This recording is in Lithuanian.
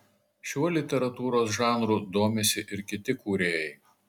šiuo literatūros žanru domisi ir kiti kūrėjai